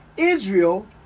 Israel